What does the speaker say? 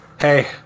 hey